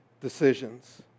decisions